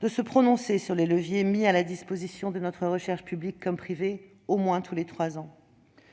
de se prononcer, au moins tous les trois ans, sur les leviers mis à la disposition de notre recherche publique comme privée. Ce que propose